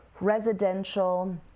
residential